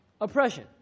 oppression